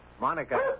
Monica